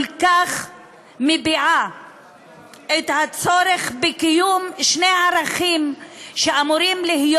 שכל כך מביעה את הצורך בקיום שני ערכים שאמורים להיות